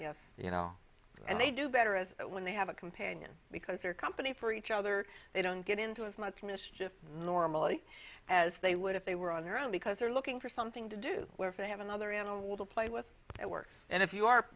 yes you know and they do better as when they have a companion because they're company for each other they don't get into as much mischief normally as they would if they were on their own because they're looking for something to do where they have another animal to play with at work and if you are